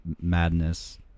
madness